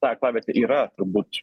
ta aklavietė yra turbūt